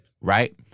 Right